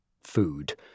food